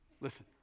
listen